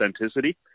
authenticity